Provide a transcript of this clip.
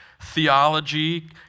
theology